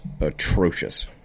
atrocious